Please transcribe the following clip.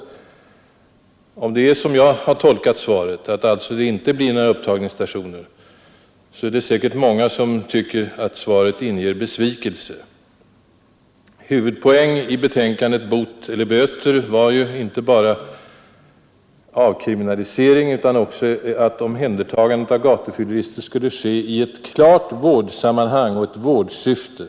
Om det är så som jag har tolkat svaret, alltså att det inte blir några upptagningsstationer, är det säkert många som tycker att svaret inger besvikelse. Huvudvikten i betänkandet ”Bot eller böter” låg ju inte bara på avkriminalisering utan också på att omhändertagandet av gatufylleris ter skulle ske i ett klart vårdsammanhang och i ett vårdsyfte.